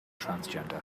transgender